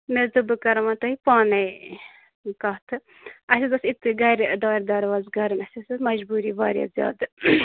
مےٚ حظ دوٚپ بہٕ کرو وٕ تۄہہِ پانَے کَتھ اَسہِ حظ ٲس یِتھٕے گَرِ دارِ دروزٕ کَرٕنۍ اَسہِ حٲظ ٲس مَجبوٗری واریاہ زیادٕ